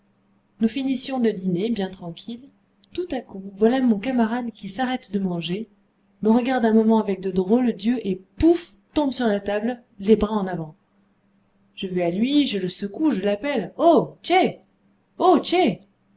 nous finissions de dîner bien tranquilles tout à coup voilà mon camarade qui s'arrête de manger me regarde un moment avec de drôles d'yeux et pouf tombe sur la table les bras en avant je vais à lui je le secoue je l'appelle oh tché